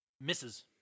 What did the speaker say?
Misses